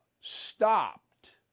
stopped